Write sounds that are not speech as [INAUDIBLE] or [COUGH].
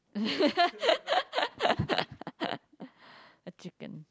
[LAUGHS] a chicken